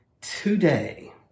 today